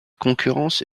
concurrence